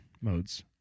modes